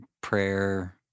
prayer—